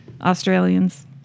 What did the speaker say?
Australians